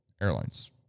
Airlines